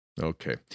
Okay